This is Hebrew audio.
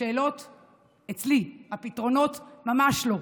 השאלות אצלי, הפתרונות ממש לא.